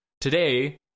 today